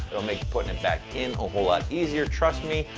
it'll make putting it back in a whole lot easier. trust me.